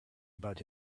about